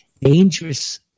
dangerous